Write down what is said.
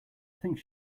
think